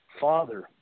father